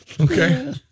okay